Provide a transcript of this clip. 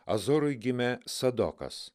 azorui gimė sadokas